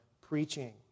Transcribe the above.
preaching